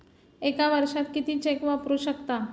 एका वर्षात किती चेक वापरू शकता?